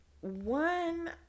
one